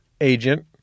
agent